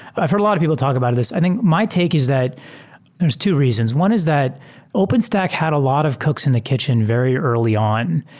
i've heard a lot of people talk about this. i think my take is that there's two reasons one is that openstack had a lot of cooks in the kitchen very early on.